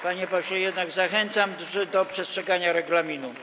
Panie pośle, jednak zachęcam do przestrzegania regulaminu.